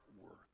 work